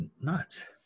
nuts